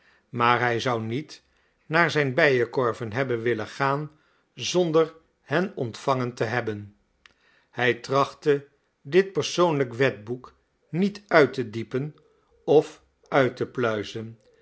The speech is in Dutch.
maar hij zou niet naar zijn bijenkorven hebben willen gaan zonder hen ontvangen te hebben hij trachtte dit persoonlijk wetboek niet uit te diepen of uit te pluizen